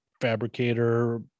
fabricator